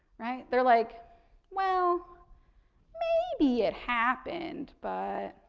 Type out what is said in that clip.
right. they're like well maybe it happened, but,